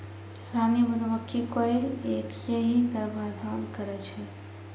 रानी मधुमक्खी कोय एक सें ही गर्भाधान करै छै